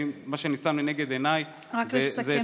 אני, מה שאני שם לנגד עיניי זה את החוק.